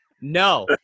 no